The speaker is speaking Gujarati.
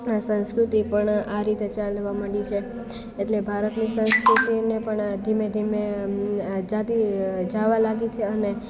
સંસ્કૃતિ પણ આ રીતે ચાલવા માંડી છે એટલે ભારતની સંસ્કૃતિને પણ ધીમે ધીમે જાતિ જાવા લાગી છે અને